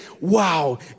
wow